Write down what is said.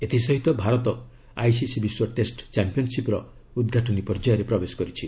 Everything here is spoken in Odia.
ଏଥିସହିତ ଭାରତ ଆଇସିସି ବିଶ୍ୱ ଟେଷ୍ଟ ଚାମ୍ପିୟନ୍ସିପ୍ର ଉଦ୍ଘାଟନୀ ପର୍ଯ୍ୟାୟରେ ପ୍ରବେଶ କରିଛି